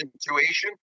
situation